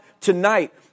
tonight